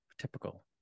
typical